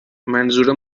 منظور